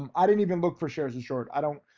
um i didn't even look for shares in short, i don't,